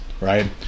right